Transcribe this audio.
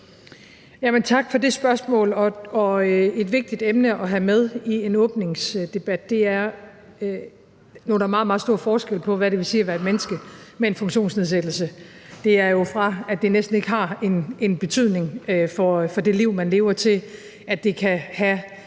tak for det spørgsmål. Det er et vigtigt emne at have med i en åbningsdebat. Nu er der meget, meget stor forskel på, hvad det vil sige at være et menneske med en funktionsnedsættelse – det er jo fra, at det næsten ikke har en betydning for det liv, man lever, til, at det kan have